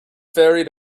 ferry